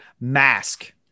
Mask